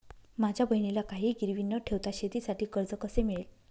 माझ्या बहिणीला काहिही गिरवी न ठेवता शेतीसाठी कर्ज कसे मिळेल?